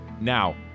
Now